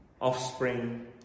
offspring